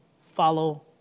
follow